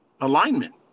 alignment